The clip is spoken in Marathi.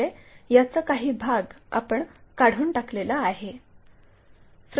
म्हणजे याचा काही भाग आपण काढून टाकलेला आहे